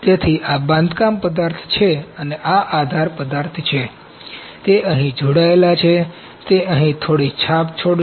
તેથી આ બાંધકામ પદાર્થ છે આ આધાર પદાર્થ છે તે અહીં જોડાયેલ છે તે અહીં થોડી છાપ છોડશે